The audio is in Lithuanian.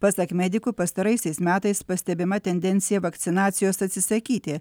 pasak medikų pastaraisiais metais pastebima tendencija vakcinacijos atsisakyti